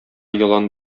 елан